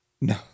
no